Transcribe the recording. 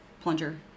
plunger